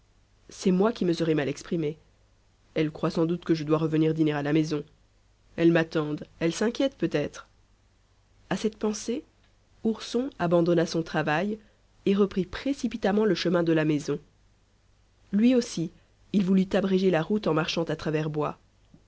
c'est moi qui me serai mal exprimé elles croient sans doute que je dois revenir dîner à la maison elles m'attendent elles s'inquiètent peut-être a cette pensée ourson abandonna son travail et reprit précipitamment le chemin de la maison lui aussi il voulut abréger la route en marchant à travers bois